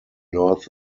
north